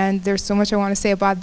and there's so much i want to say about